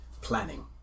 planning